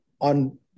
on